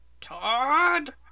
Todd